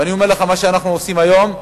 ואני אומר לך, מה שאנחנו עושים היום,